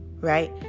right